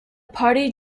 party